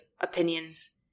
opinions